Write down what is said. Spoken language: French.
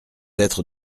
être